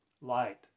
Light